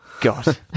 god